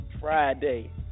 Friday